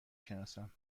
شناسم